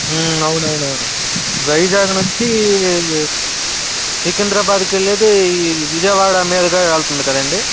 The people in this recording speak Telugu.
అవునవునవును వైజాగ్ నుంచి సికింద్రాబాదుకెళ్లేది విజయవాడ మీదగా వెళ్తుంది కదండీ